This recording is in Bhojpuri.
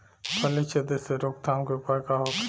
फली छिद्र से रोकथाम के उपाय का होखे?